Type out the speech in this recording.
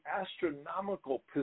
astronomical